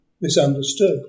misunderstood